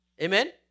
Amen